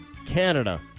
Canada